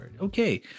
Okay